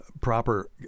proper